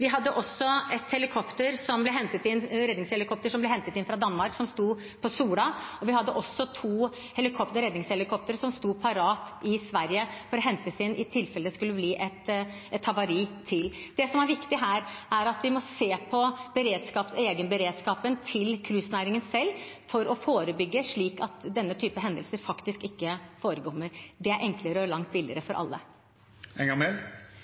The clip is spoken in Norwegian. vi hentet inn sivile helikoptre og helikoptre fra petroleumsnæringen. Vi hadde også et redningshelikopter som ble hentet inn fra Danmark, som sto på Sola, og vi hadde to redningshelikoptre som sto parat i Sverige for å hentes inn i tilfelle det skulle bli et havari til. Det som er viktig her, er at vi må se på cruisenæringens egen beredskap for å kunne forebygge, slik at denne typen hendelser faktisk ikke forekommer. Det er enklere og langt billigere